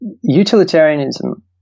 utilitarianism